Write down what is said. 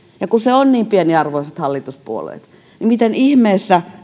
ja kun se on niin pieni arvoisat hallituspuolueet miten ihmeessä